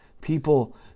People